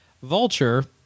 Vulture